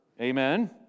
Amen